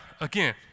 again